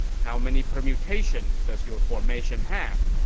how many permutations does your formation have?